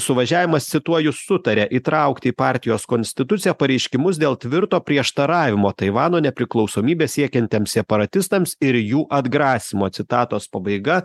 suvažiavimas cituoju sutarė įtraukti į partijos konstituciją pareiškimus dėl tvirto prieštaravimo taivano nepriklausomybės siekiantiems separatistams ir jų atgrasymo citatos pabaiga